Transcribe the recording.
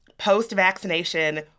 Post-vaccination